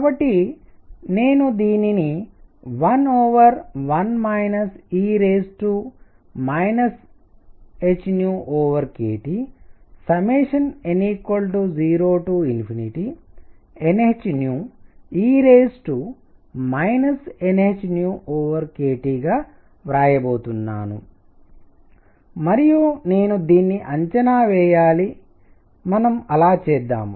కాబట్టి నేను దీనిని 11 e hkTn0nhe nhkT గా వ్రాయబోతున్నాను మరియు నేను దీన్ని అంచనా వేయాలి మనం అలా చేద్దాం